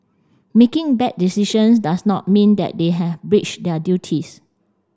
making bad decisions does not mean that they have breached their duties